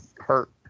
hurt